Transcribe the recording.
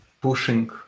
pushing